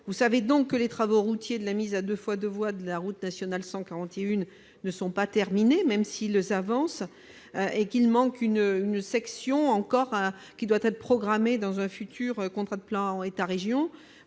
Vous savez donc que les travaux de la mise à 2x2 voies de la route nationale 141 ne sont pas terminés, même s'ils avancent, et qu'une dernière section doit encore être programmée dans un futur contrat de plan État-région.